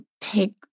take